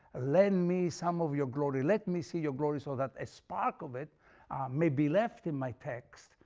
lend me some of your glory, let me see your glory so that a spark of it may be left in my text,